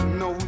no